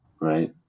right